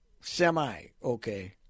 semi-okay